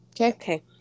Okay